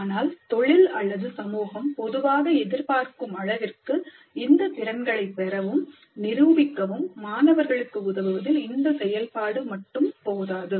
ஆனால் தொழில் அல்லது சமூகம் பொதுவாக எதிர்பார்க்கும் அளவிற்கு இந்தத் திறன்களை பெறவும் நிரூபிக்கவும் மாணவர்களுக்கு உதவுவதில் இந்த செயல்பாடு மட்டும் போதாது